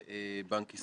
לקרוא היטב את הדוח